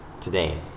today